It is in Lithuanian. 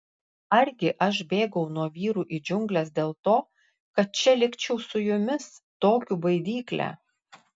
argi aš bėgau nuo vyrų į džiungles dėl to kad čia likčiau su jumis tokiu baidykle